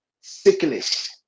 sickness